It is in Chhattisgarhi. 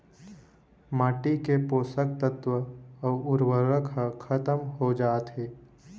माटी के पोसक तत्व अउ उरवरक ह खतम हो जाथे